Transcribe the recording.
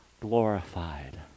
glorified